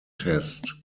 test